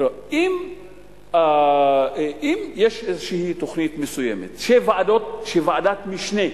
תראו, אם יש איזו תוכנית מסוימת שוועדת משנה,